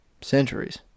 centuries